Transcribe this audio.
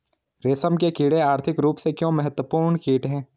रेशम के कीड़े आर्थिक रूप से क्यों महत्वपूर्ण कीट हैं?